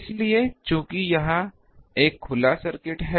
इसलिए चूंकि यह एक खुला सर्किट है